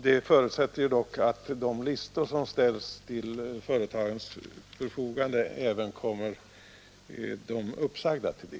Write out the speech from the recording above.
Detta förutsätter dock att de listor som ställs till företagens förfogande även kommer att delges de uppsagda.